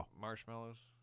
marshmallows